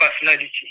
personality